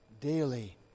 daily